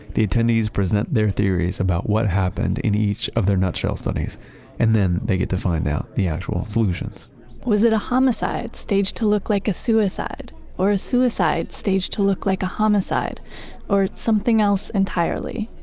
the attendees present their theories about what happened in each of their nutshell studies and then they get to find out the actual solutions was it a homicide staged to look like a suicide or a suicide stage to look like a homicide or something else entirely?